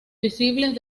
visibles